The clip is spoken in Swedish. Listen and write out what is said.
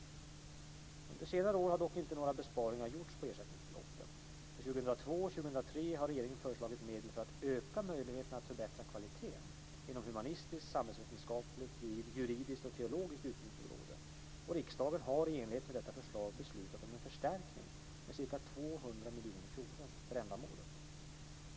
Under senare år har dock inte några besparingar gjorts på ersättningsbeloppen. För 2002 och 2003 har regeringen föreslagit medel för att öka möjligheterna att förbättra kvaliteten inom humanistiskt, samhällsvetenskapligt, juridiskt och teologiskt utbildningsområde, och riksdagen har i enlighet med detta förslag beslutat om en förstärkning med ca 200 miljoner kronor för ändamålet.